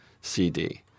CD